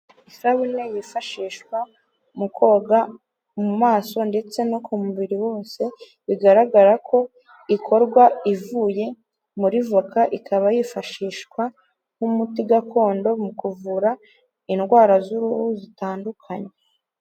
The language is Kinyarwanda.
Isabune yifashishwa mu koga mu maso ndetse no ku mubiri wose, bigaragara ko ikorwa ivuye muri voka, ikaba yifashishwa nk'umuti gakondo mu kuvura indwara z'uruhu zitandukanye.